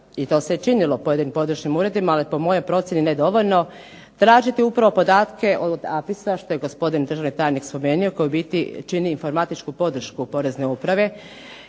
i to se i činilo u pojedinim područnim uredima, ali po mojoj procjeni ne dovoljno, tražiti upravo podatke od AFIS-a što je gospodin državni tajnik spomenuo koji u biti čini informatičku podršku porezne uprave